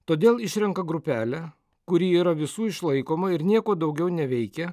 todėl išrenka grupelę kuri yra visų išlaikoma ir nieko daugiau neveikia